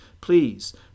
Please